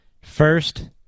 First